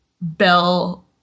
Bell